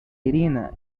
irina